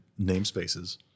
namespaces